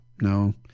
no